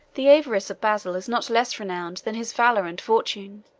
the avarice of basil is not less renowned than his valor and fortune